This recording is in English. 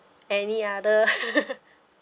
any other